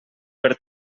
per